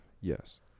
yes